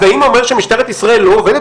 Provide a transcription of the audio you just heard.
אז האם זה אומר שמשטרת ישראל לא עובדת?